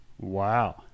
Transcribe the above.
Wow